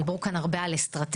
דיברו כאן הרבה על אסטרטגיות,